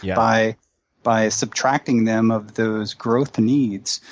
yeah by by subtracting them of those growth needs,